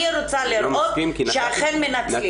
אני רוצה לראות שאכן מנצלים.